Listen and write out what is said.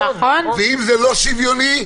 ואם זה לא שוויוני,